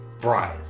brian